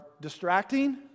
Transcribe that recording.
distracting